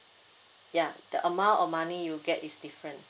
ya the amount of money you get is different